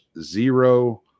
zero